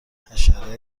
حشره